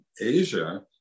Asia